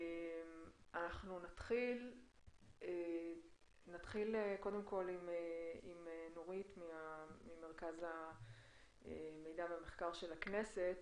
נתחיל עם נורית ממרכז המידע והמחקר של הכנסת,